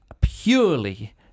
purely